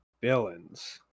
villains